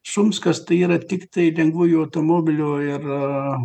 šumskas tai yra tiktai lengvųjų automobilių ir